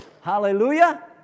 Hallelujah